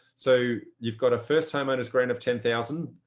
so you've got a first time owners grant of ten thousand,